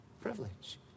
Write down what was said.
privilege